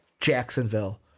Jacksonville